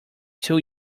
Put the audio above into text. tool